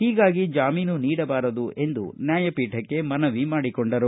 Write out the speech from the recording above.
ಹೀಗಾಗಿ ಜಾಮೀನು ನೀಡಬಾರದು ಎಂದು ನ್ಯಾಯಪೀಠಕ್ಕೆ ಮನವಿ ಮಾಡಿಕೊಂಡರು